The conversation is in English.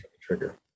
trigger